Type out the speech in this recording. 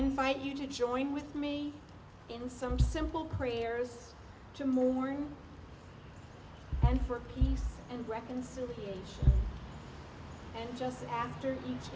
invite you to join with me in some simple prayers to morn and for peace and reconciliation and just after each